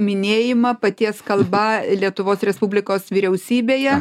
minėjimą paties kalba lietuvos respublikos vyriausybėje